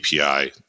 API